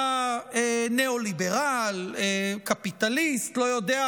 אתה ניאו-ליברל, קפיטליסט, אני לא יודע.